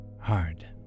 hard